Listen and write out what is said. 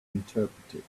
misinterpreted